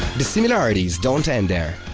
the similarities don't end there.